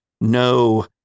no